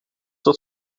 het